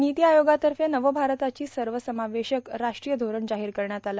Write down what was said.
नीती आयोगातर्फे नव भारतासाठी सर्वसमावेशक राष्ट्रीय धोरण आज जाहीर करण्यात आलं